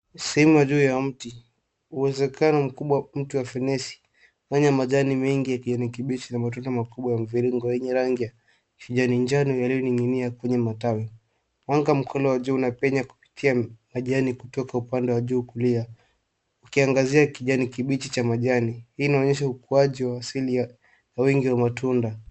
Sima juu ya mti. Uwezekano mkubwa mti wa fenesi wenye majani mengi ya kijani kibichi na matunda makubwa ya mviringo yenye rangi ya kijani jani yaliyoning'inia kwenye matawi. Mwanga mkono wa juu unapenya kupitia majani kutoka upande wa juu kulia. Ukiangazia kijani kibichi cha majani. Hii inaonyesha ukuaji wa asili wengi wa matunda.